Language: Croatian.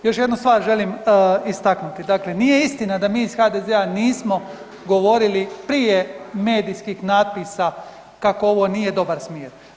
I još jednu stvar želim istaknuti, dakle nije istina da mi iz HDZ-a nije govorili prije medijskih natpisa kako ovo nije dobar smjer.